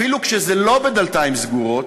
אפילו כשזה לא בדלתיים סגורות,